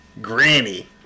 Granny